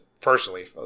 personally